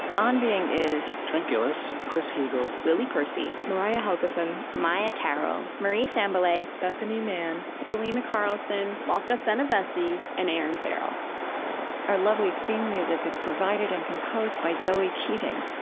on being is trent gilliss, chris heagle, lily percy, mariah helgeson, maia tarrell, marie sambilay, bethanie mann, selena carlson, malka fenyvesi, and erinn farrell our lovely theme music is provided and composed by zoe keating,